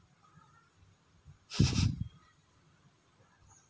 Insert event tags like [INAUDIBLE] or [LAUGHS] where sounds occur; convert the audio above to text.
[LAUGHS]